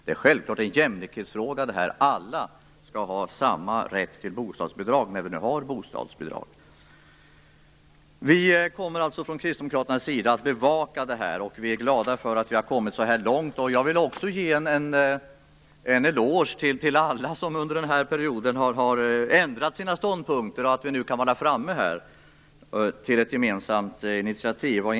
Det är en jämlikhetsfråga - alla skall ha samma rätt till bostadsbidrag, när det nu finns. Kristdemokraterna kommer att bevaka detta, och vi är glada för att vi har kommit så långt. Jag vill också ge en eloge till alla som har ändrat sina ståndpunkter under den här perioden så att vi nu kan ta ett gemensamt initiativ.